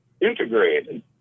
integrated